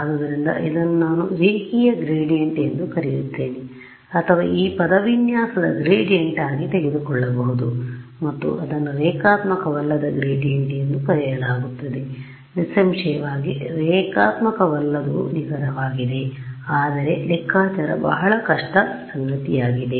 ಆದ್ದರಿಂದ ಇದನ್ನು ನಾನು ರೇಖೀಯ ಗ್ರೇಡಿಯಂಟ್ ಎಂದು ಕರೆಯುತ್ತೇನೆ ಅಥವಾ ಈ ಪದವಿನ್ಯಾಸಾದ ಗ್ರೇಡಿಯಂಟ್ ಆಗಿ ತೆಗೆದುಕೊಳ್ಳಬಹುದು ಮತ್ತು ಅದನ್ನು ರೇಖಾತ್ಮಕವಲ್ಲದ ಗ್ರೇಡಿಯಂಟ್ ಎಂದು ಕರೆಯಲಾಗುತ್ತದೆ ನಿಸ್ಸಂಶಯವಾಗಿ ರೇಖಾತ್ಮಕವಲ್ಲದವು ನಿಖರವಾಗಿದೆ ಆದರೆ ಲೆಕ್ಕಚಾರ ಬಹಳ ಕಷ್ಟ ಸಂಗತಿಯಾಗಿದೆ